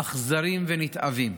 אכזרים ונתעבים.